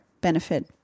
benefit